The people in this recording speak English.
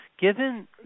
given